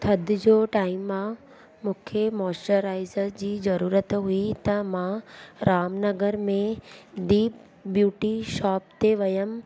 थधि जो टाइम आहे मूंखे मॉइस्चराइज़र जी ज़रूरत हुई त मां रामनगर में दीप ब्यूटी शॉप ते वयमि